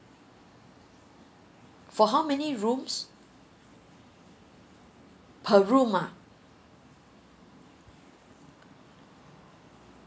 for how many rooms per room ah